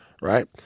right